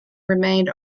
remained